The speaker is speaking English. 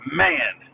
man